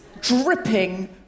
dripping